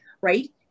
right